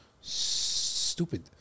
stupid